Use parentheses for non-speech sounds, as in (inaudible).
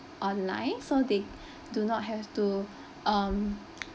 online so they (breath) do not have to (breath) um